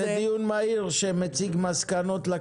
אתה תהיה ראשון הדוברים, אני אתן לך עוד קצת.